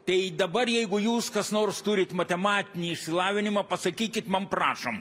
tai dabar jeigu jūs kas nors turit matematinį išsilavinimą pasakykit man prašom